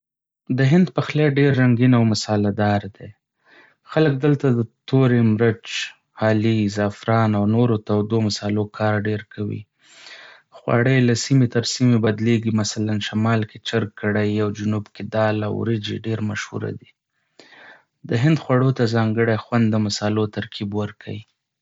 د هند پخلی ډېر رنګین او مصالحه‌دار دی. خلک دلته د تورې مرچ، هالې، زعفران او نورو تودو مصالحو کار ډېر کوي. خواړه یې له سیمې تر سیمې بدلېږي، مثلاً شمال کې چرګ کڑاهي او جنوب کې دال او وریجې ډېر مشهوره دي. د هند خوړو ته ځانګړی خوند د مصالحو ترکیب ورکوي.